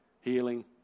healing